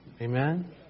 Amen